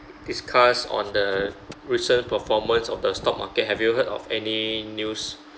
discuss on the recent performance of the stock market have you heard of any news